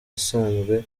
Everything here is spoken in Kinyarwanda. isanzwe